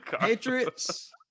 Patriots